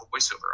voiceover